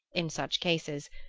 in such cases,